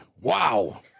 wow